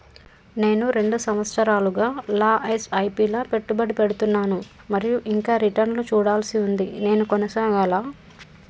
నేను రెండు సంవత్సరాలుగా ల ఎస్.ఐ.పి లా పెట్టుబడి పెడుతున్నాను మరియు ఇంకా రిటర్న్ లు చూడాల్సి ఉంది నేను కొనసాగాలా?